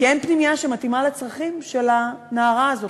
כי אין פנימייה שמתאימה לצרכים של הנערה הזאת,